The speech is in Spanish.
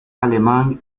alemán